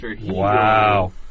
Wow